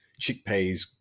chickpeas